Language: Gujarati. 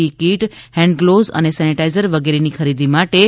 ઈ કીટ ફેન્ડ ગ્લોવસ અને સેનેટાઇઝર વગેરેની ખરીદી માટે રૂ